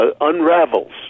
unravels